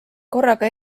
korraga